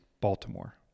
Baltimore